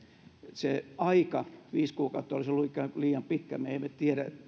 se aika viisi kuukautta olisi ollut ikään kuin liian pitkä me emme tiedä